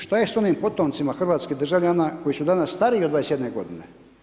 Što je s onim potomcima hrvatskih državljana, koji su danas stariji od 21 godine?